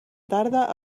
tarda